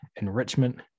enrichment